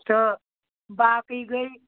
تہٕ باقٕے گٔے